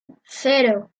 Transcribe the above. cero